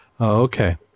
Okay